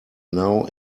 now